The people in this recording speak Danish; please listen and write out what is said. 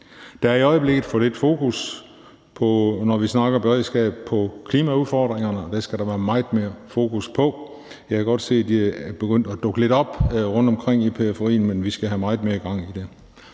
er der i øjeblikket for lidt fokus på klimaudfordringerne, og det skal der være meget mere fokus på. Jeg kan godt se, at det er begyndt at dukke lidt op rundtomkring i periferien, men vi skal have meget mere gang i det.